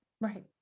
right